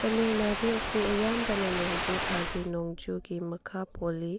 ꯇꯥꯃꯤꯜ ꯅꯥꯗꯨ ꯑꯁꯤ ꯑꯌꯥꯝꯕꯅ ꯅꯣꯡꯖꯨ ꯊꯥꯒꯤ ꯅꯣꯡꯖꯨꯒꯤ ꯃꯈꯥ ꯄꯣꯜꯂꯤ